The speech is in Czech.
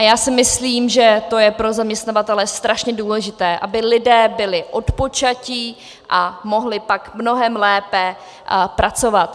A já si myslím, že to je pro zaměstnavatele strašně důležité, aby lidé byli odpočatí a mohli pak mnohem lépe pracovat.